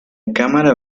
cámara